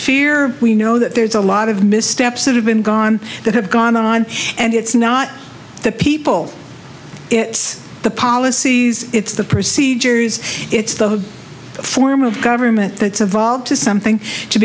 fear we know that there's a lot of missteps that have been gone that have gone on and it's not the people it's the policies it's the procedures it's the form of government that's evolved to something to